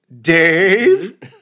Dave